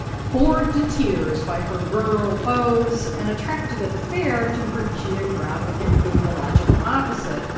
bored to tears by her rural beaus and attracted at the fair to her geographic and ideological opposite,